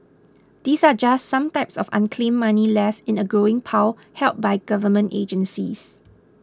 these are just some types of unclaimed money left in a growing pile held by government agencies